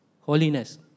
Holiness